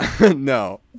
No